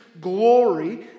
glory